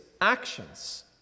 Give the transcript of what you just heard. actions